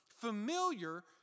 familiar